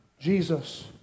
Jesus